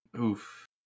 oof